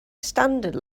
standard